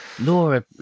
Laura